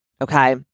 Okay